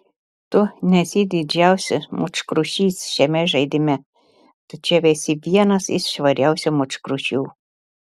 tu nesi didžiausias močkrušys šiame žaidime tačiau esi vienas iš švariausių močkrušių